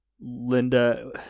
Linda